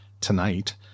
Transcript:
tonight